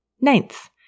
Ninth